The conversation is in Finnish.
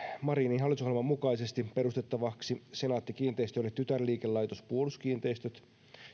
marinin hallitusohjelman mukaisesti perustettavaksi senaatti kiinteistöille tytärliikelaitos puolustuskiinteistöt